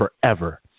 forever